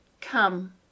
Come